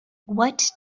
what